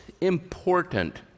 important